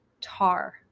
tar